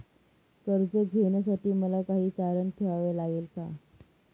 कर्ज घेण्यासाठी मला काही तारण ठेवावे लागेल का?